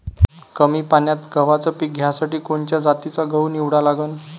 कमी पान्यात गव्हाचं पीक घ्यासाठी कोनच्या जातीचा गहू निवडा लागन?